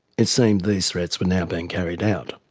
it seemed these threats were now being carried out.